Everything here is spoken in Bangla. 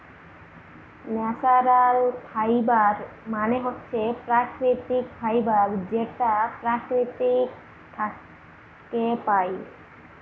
ন্যাচারাল ফাইবার মানে হল প্রাকৃতিক ফাইবার যেটা প্রকৃতি থাকে পাই